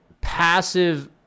passive